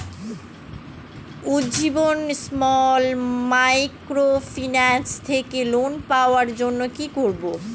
Ujjivan small microfinance থেকে loan পাওয়ার জন্য কি করব?